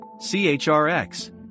CHRX